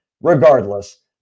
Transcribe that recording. regardless